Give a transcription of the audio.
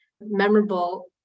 memorable